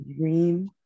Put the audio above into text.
dream